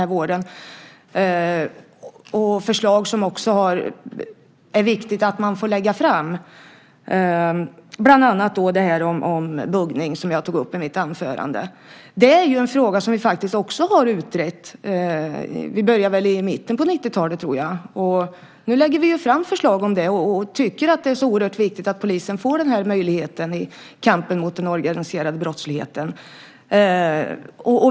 Det är förslag som har varit viktiga att få lägga fram, bland annat frågan om buggning - som jag tog upp i mitt anförande. Buggning är en fråga som vi faktiskt också har utrett. Vi började i mitten av 1990-talet. Nu lägger vi fram förslag, och vi tycker att det är oerhört viktigt att polisen får denna möjlighet i kampen mot den organiserade brottsligheten.